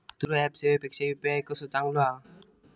दुसरो ऍप सेवेपेक्षा यू.पी.आय कसो चांगलो हा?